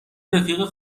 رفیق